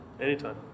Anytime